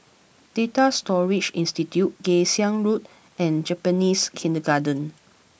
Data Storage Institute Kay Siang Road and Japanese Kindergarten